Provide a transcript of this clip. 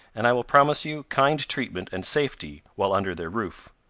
and i will promise you kind treatment and safety while under their roof.